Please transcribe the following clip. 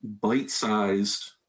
Bite-sized